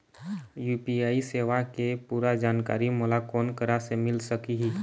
UPI सेवा के पूरा जानकारी मोला कोन करा से मिल सकही?